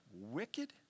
wicked